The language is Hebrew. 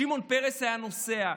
שמעון פרס היה נוסע,